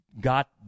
got